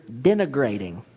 denigrating